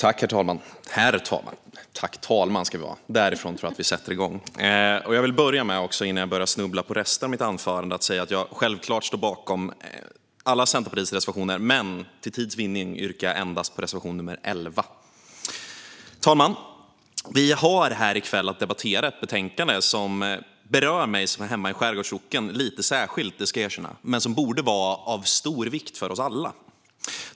Fru talman! Jag vill börja med att säga att jag självklart står bakom alla Centerpartiets reservationer, men för tids vinnande yrkar jag bifall endast till reservation nr 11. Fru talman! Vi har här i kväll att debattera ett betänkande som berör mig som hör hemma i en skärgårdssocken lite särskilt - det ska jag erkänna - men som borde vara av stor vikt för oss alla.